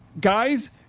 guys